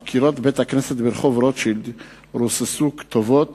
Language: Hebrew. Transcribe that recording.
על קירות בית-הכנסת ברחוב רוטשילד רוססו כתובות